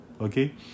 okay